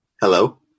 Hello